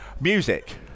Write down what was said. music